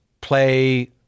play